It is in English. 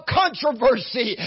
controversy